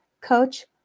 coach